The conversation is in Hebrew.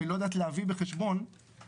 אבל היא לא יודעת להביא בחשבון את